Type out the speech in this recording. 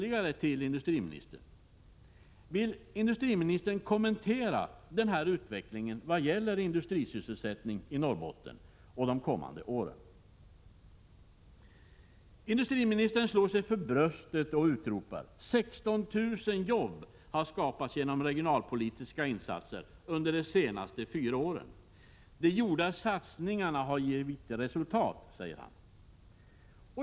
Industriministern slår sig för bröstet och utropar: 16 000 jobb har skapats genom regionalpolitiska insatser under de senaste fyra åren! De gjorda satsningarna har givit resultat, säger han.